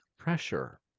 Pressure